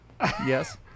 Yes